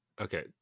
Okay